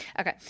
Okay